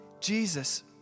Jesus